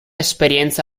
esperienza